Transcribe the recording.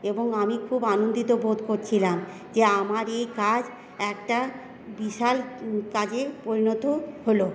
এবং আমি খুব আনন্দিত বোধ করছিলাম যে আমার এই কাজ একটা বিশাল কাজে পরিণত হল